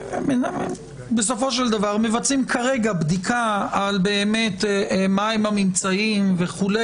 שבסופו של דבר מבצעים כרגע בדיקה מהם הממצאים וכו',